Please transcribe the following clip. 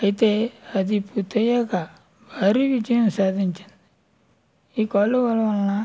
అయితే అది పూర్తయ్యాక భారీ విజయం సాధించింది ఈ కాలువల వలన